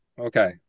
Okay